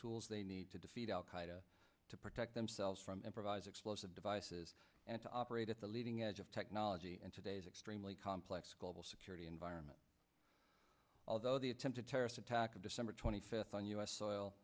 tools they need to defeat al qaeda to protect themselves from improvised explosive devices and to operate at the leading edge of technology and today's extremely complex global security environment although the attempted terrorist attack on december twenty fifth on u s soil